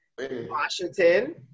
Washington